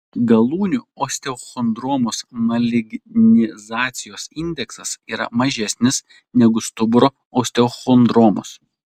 galūnių osteochondromos malignizacijos indeksas yra mažesnis negu stuburo osteochondromos